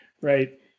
Right